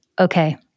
okay